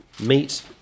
meat